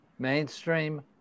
Mainstream